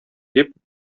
дип